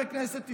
בכנסת ישראל.